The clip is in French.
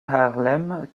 harlem